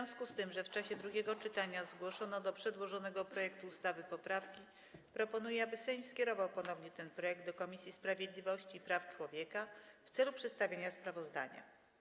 W związku z tym, że w czasie drugiego czytania zgłoszono do przedłożonego projektu ustawy poprawki, proponuję, aby Sejm skierował ponownie ten projekt do Komisji Sprawiedliwości i Praw Człowieka w celu przedstawienia sprawozdania.